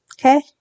Okay